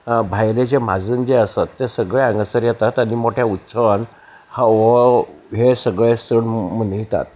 भायले जे म्हाजन जे आसात ते सगळे हांगासर येतात आनी मोठ्या उत्सवान हो हे सगळे चड मनयतात